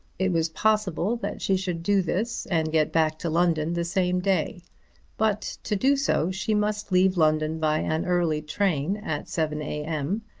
it was possible that she should do this and get back to london the same day but, to do so, she must leave london by an early train at seven a m,